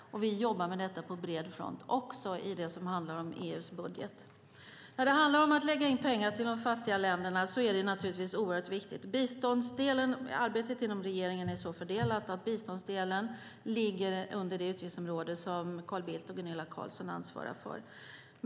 Vi jobbar med detta på bred front, också i det som handlar om EU:s budget. Att lägga in pengar till de fattiga länderna är givetvis viktigt. Arbetet inom regeringen är så fördelat att biståndsdelen ligger under det utgiftsområde som Carl Bildt och Gunilla Carlsson ansvarar för.